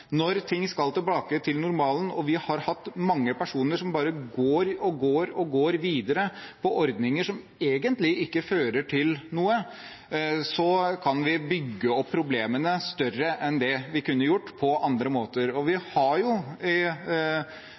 Når ting skal tilbake til normalen – og vi har hatt mange personer som bare går og går og går videre på ordninger som egentlig ikke fører til noe – kan vi bygge opp større problemer enn det vi kunne gjort på andre måter. Vi har jo